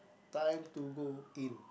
time to go in